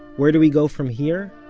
where do we go from here?